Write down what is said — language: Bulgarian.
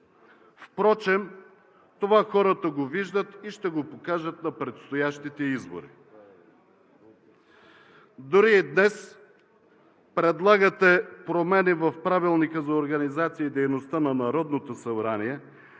Впрочем това хората го виждат и ще го покажат на предстоящите избори. Дори и днес предлагате промени в Правилника за организацията и дейността на Народното събрание